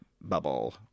bubble